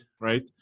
right